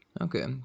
Okay